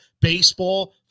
baseball